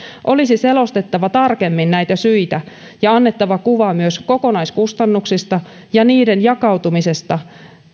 olisi selostettava tarkemmin näitä syitä ja annettava kuva myös kokonaiskustannuksista ja niiden jakautumisesta